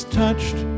touched